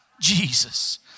Jesus